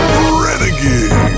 Renegade